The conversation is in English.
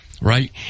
Right